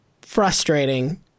frustrating